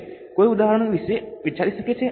શું કોઈ ઉદાહરણ વિશે વિચારી શકે છે